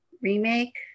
remake